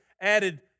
added